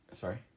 Sorry